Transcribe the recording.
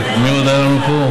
שירות אזרחי.